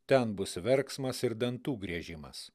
ten bus verksmas ir dantų griežimas